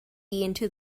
into